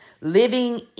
Living